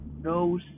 no